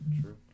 true